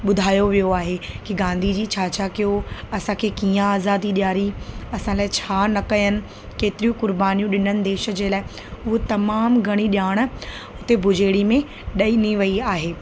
ॿुधायो वियो आहे की गांधी जी छा छा कयो असांखे कीअं आज़ादी ॾियारी असां लाइ छा न कयनि केतिरियूं क़ुर्बानियूं ॾिननि देश जे लाइ उहो तमामु घणी ॼाण हुते भुजेड़ी में ॾिनी वई आहे